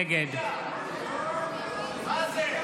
נגד מה זה?